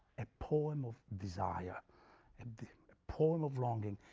and poem of desire and the poem of longing.